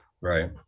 Right